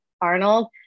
Arnold